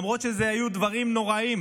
למרות שהיו דברים נוראיים.